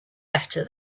better